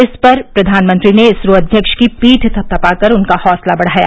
इस पर प्रधानमंत्री ने इसरो अध्यक्ष की पीठ थपथपा कर उनका हौसला बढ़ाया